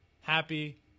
happy